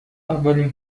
اولین